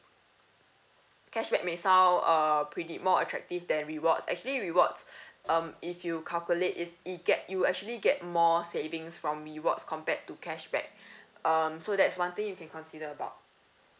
cashback may sound uh pretty more attractive than rewards actually rewards um if you calculate it it get you actually get more savings from rewards compared to cashback um so that's one thing you can consider about